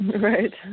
Right